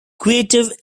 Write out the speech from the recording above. creative